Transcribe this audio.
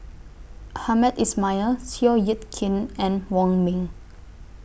Hamed Ismail Seow Yit Kin and Wong Ming